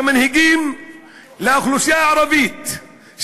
כמנהיגים לאוכלוסייה הערבית,